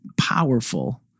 powerful